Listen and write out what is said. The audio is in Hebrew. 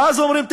ואז אומרים,